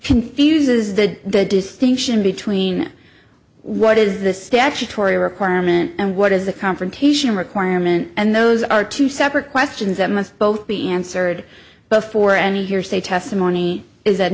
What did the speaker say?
confuses the distinction between what is the statutory requirement and what is the confrontation requirement and those are two separate questions that must both be answered before any hearsay testimony is